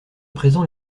présent